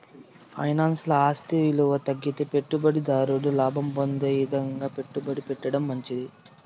ఫైనాన్స్ల ఆస్తి ఇలువ తగ్గితే పెట్టుబడి దారుడు లాభం పొందే ఇదంగా పెట్టుబడి పెట్టడం మంచిది